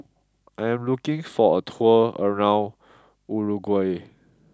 I am looking for a tour around Uruguay